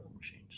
machines